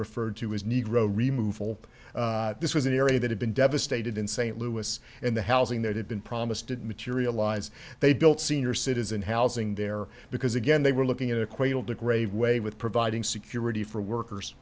referred to as negro removal this was an area that had been devastated in st louis and the housing that had been promised didn't materialize they built senior citizen housing there because again they were looking at a quail to grave way with providing security for workers